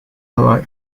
alloy